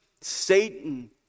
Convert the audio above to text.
Satan